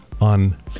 on